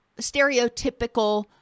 stereotypical